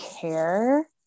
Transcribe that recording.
care